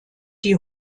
die